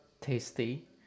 tasty